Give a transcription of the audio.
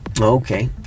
okay